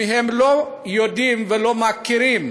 אם הם לא יודעים ולא מכירים